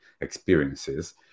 experiences